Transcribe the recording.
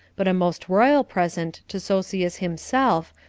but a most royal present to sosius himself,